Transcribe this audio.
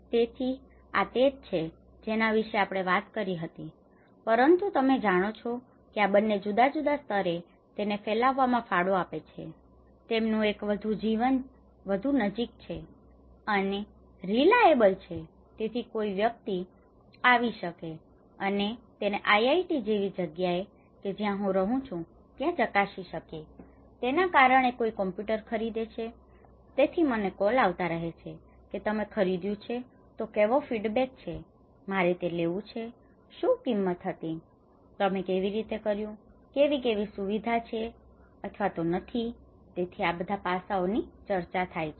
તેથી આ તે જ છે જેના વિશે આપણે વાત કરી હતું પરંતુ તમે જાણો છો કે આ બંને જુદા જુદા સ્તરે તેને ફેલાવવામાં ફાળો આપે છે તેમનું એક વધુ નજીક છે અને રિલાએબલ છે તેથી કોઈ વ્યક્તિ આવી શકે અને તેને આઈઆઈટી જેવી જગ્યાએ કે જ્યાં હું રહું છું ત્યાં ચકાસી શકે છે તેના કારણે કોઈ કમ્પ્યુટર ખરીદે છે તેથી મને કોલ આવતા રહે છે કે તમે ખરીદ્યું છે તો કેવો ફીડબેક છે મારે તે લેવું જોઈએ શું કિંમત હતી તમે કેવી રીતે તે કર્યું કેવી કેવી સુવિધાઓ ત્યાં છે અથવા તો નથી તેથી આ બધા પાસાઓની ચર્ચા થાય છે